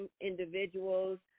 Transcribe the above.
individuals